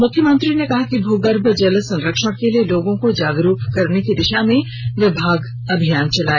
मुख्यमंत्री ने कहा कि भूगर्भ जल संरक्षण के लिए लोगों को जागरुक करने की दिशा में विभाग अभियान चलाए